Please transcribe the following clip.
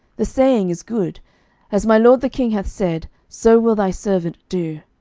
the saying is good as my lord the king hath said, so will thy servant do.